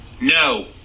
No